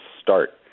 start